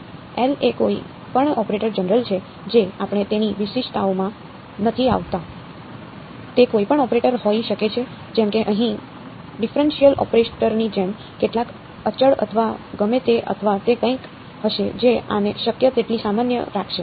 L એ કોઈ પણ ઓપરેટર જનરલ છે જે આપણે તેની વિશિષ્ટતાઓમાં નથી આવતા તે કોઈપણ ઓપરેટર હોઈ શકે છે જેમ કે અહીં ડિફરનશીયલ ઓપરેટરની જેમ કેટલાક અચળ અથવા ગમે તે અથવા તે કંઈક હશે જે આને શક્ય તેટલું સામાન્ય રાખશે